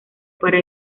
para